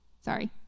Sorry